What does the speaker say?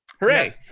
hooray